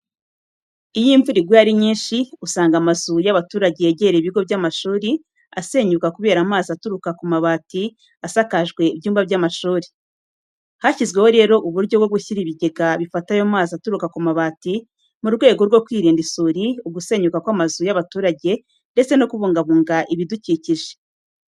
Iyo imvura iguye ari nyinshi usanga amazu y'abaturage yegereye ibigo by'amashuri asenyuka kubera amazi aturuka ku mabati asakajwe ibyumba by'amashuri. Hashyizweho rero uburyo bwo gushyira ibigega bifata ayo mazi aturuka ku mabati mu bwego rwo kwirinda isuri, ugusenyuka kw'amazu y'abaturage ndetse no kubugabunga ibidukikije.